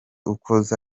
ukuze